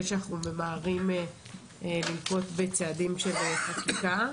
שאנחנו ממהרים לנקוט בצעדים של חקיקה.